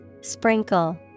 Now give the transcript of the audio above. Sprinkle